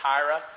Tyra